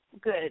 good